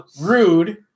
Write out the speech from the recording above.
Rude